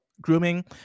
grooming